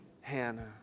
Hannah